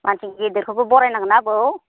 मानसि गेदेरखौबो बरायनांगोनना आबौ